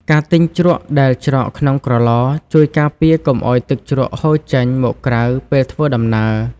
ការទិញជ្រក់ដែលច្រកក្នុងក្រឡ ជួយការពារកុំឱ្យទឹកជ្រក់ហូរចេញមកក្រៅពេលធ្វើដំណើរ។